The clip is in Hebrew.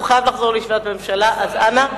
הוא חייב לחזור לישיבת ממשלה, אז אנא.